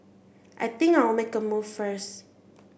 I think I'll make a move first